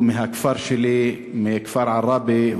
הוא מהכפר שלי, מכפר עראבה.